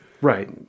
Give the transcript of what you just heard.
Right